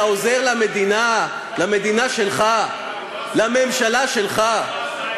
אתה עוזר למדינה, למדינה שלך, לממשלה שלך?